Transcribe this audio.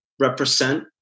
represent